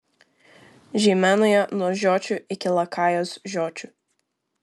žeimenoje nuo žiočių iki lakajos žiočių